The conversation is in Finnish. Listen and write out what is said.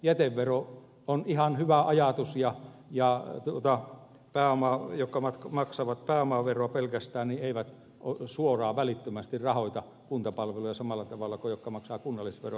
jätevero on ihan hyvä ajatus ja ne jotka maksavat pääomaveroa pelkästään eivät suoraan ja välittömästi rahoita kuntapalveluja samalla tavalla kuin ne jotka maksavat kunnallisveroa